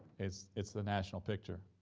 it's it's the national picture,